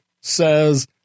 says